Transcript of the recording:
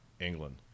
England